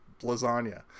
lasagna